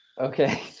Okay